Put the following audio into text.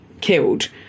killed